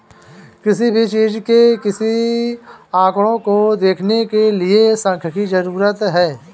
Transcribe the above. किसी भी चीज के आंकडों को देखने के लिये सांख्यिकी जरूरी हैं